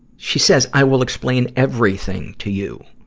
she says, i will explain everything to you,